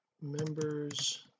members